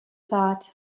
thought